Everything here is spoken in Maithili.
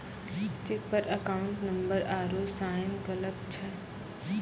चेक पर अकाउंट नंबर आरू साइन गलत छौ